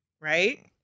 Right